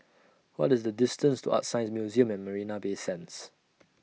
What IS The distance to ArtScience Museum At Marina Bay Sands